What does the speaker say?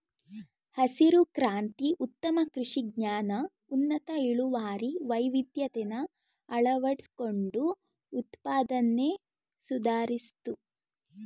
ಹಸಿರು ಕ್ರಾಂತಿ ಉತ್ತಮ ಕೃಷಿ ಜ್ಞಾನ ಉನ್ನತ ಇಳುವರಿ ವೈವಿಧ್ಯತೆನ ಅಳವಡಿಸ್ಕೊಂಡು ಉತ್ಪಾದ್ನೆ ಸುಧಾರಿಸ್ತು